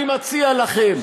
אני מציע לכם,